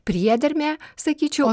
priedermė sakyčiau